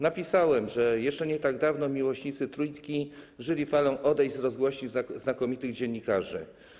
Napisałem, że jeszcze nie tak dawno miłośnicy Trójki żyli falą odejść z rozgłośni znakomitych dziennikarzy.